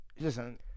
Listen